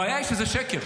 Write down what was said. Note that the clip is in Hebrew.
הבעיה היא שזה שקר,